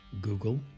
Google